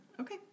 Okay